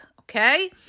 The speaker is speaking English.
okay